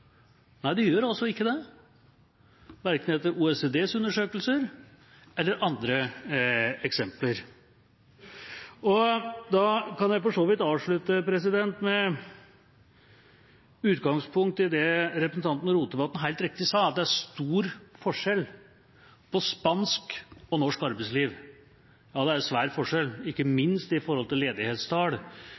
Nei, det gjør altså ikke det – verken etter OECDs undersøkelser eller andre eksempler. Da kan jeg for så vidt avslutte med utgangspunkt i det representanten Rotevatn helt riktig sa, at det er stor forskjell på spansk og norsk arbeidsliv. Ja, det er en svær forskjell, ikke minst når det gjelder ledighetstall,